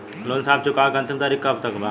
साहब लोन चुकावे क अंतिम तारीख कब तक बा?